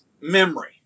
Memory